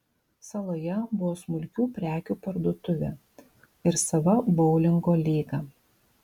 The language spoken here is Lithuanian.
saloje buvo smulkių prekių parduotuvė ir sava boulingo lyga